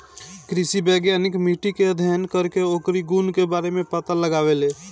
कृषि वैज्ञानिक मिट्टी के अध्ययन करके ओकरी गुण के बारे में पता लगावेलें